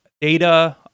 data